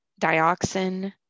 dioxin